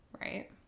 Right